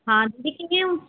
ਹਾਂ ਦੀਦੀ ਕਿਵੇਂ ਹੋ